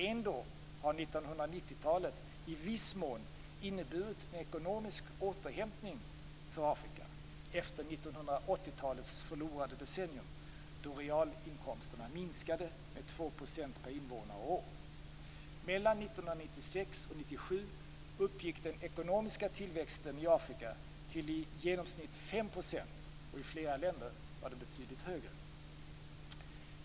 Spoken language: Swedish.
Ändå har 1990-talet i viss mån inneburit en ekonomisk återhämtning för Afrika efter 1980-talets förlorade decennium då realinkomsterna minskade med 2 % per invånare och år. Mellan Afrika till i genomsnitt 5 %. I flera länder var den betydligt högre.